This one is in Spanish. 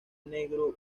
negro